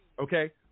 Okay